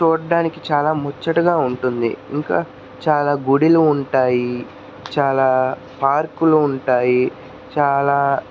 చూడడానికి చాలా ముచ్చటగా ఉంటుంది ఇంకా చాలా గుళ్ళు ఉంటాయి చాలా పార్కులు ఉంటాయి చాలా